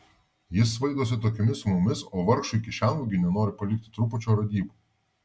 jis svaidosi tokiomis sumomis o vargšui kišenvagiui nenori palikti trupučio radybų